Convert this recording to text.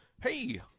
hey